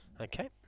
Okay